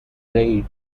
raid